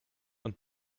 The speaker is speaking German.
und